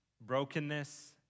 brokenness